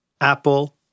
Apple